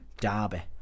derby